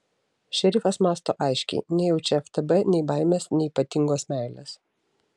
šerifas mąsto aiškiai nejaučia ftb nei baimės nei ypatingos meilės